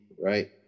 right